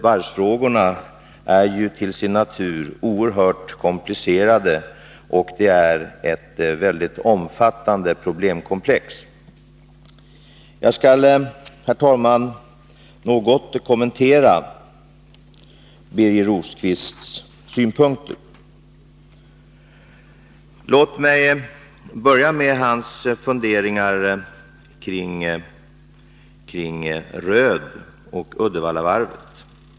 Varvsfrågorna är ju till sin natur oerhört komplicerade, och det är ett väldigt omfattande problemkomplex. Herr talman! Jag skall något kommentera Birger Rosqvists synpunkter. Låt mig börja med hans funderingar kring Röed och Uddevallavarvet.